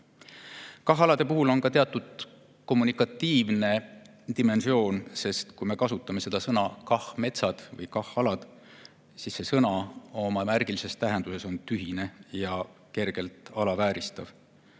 KAH-alade puhul on ka teatud kommunikatiivne dimensioon, sest kui me kasutame seda sõna "KAH-metsad" või "KAH-alad", siis see sõna oma märgilises tähenduses on tühine ja kergelt alavääristav.